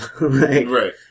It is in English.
right